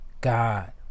God